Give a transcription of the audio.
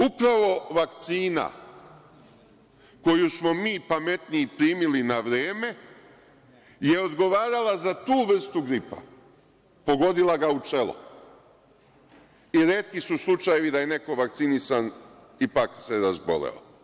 Upravo vakcina koju smo mi pametniji primili na vreme je odgovarala za tu vrstu gripa, pogodila ga u čelo, i retki su slučajevi da je neko vakcinisan, ipak se razboleo.